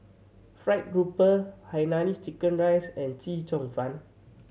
fried grouper Hainanese chicken rice and Chee Cheong Fun